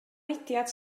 mudiad